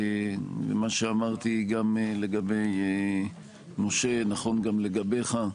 מה שאמרתי גם לגבי משה נכון גם לגביך.